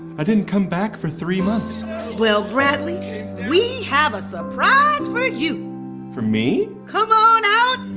i didn't come back for three months well, bradley, we have a surprise for you for me? come on out,